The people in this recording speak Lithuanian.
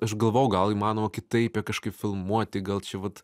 aš galvojau gal įmanoma kitaip ją kažkaip filmuoti gal čia vat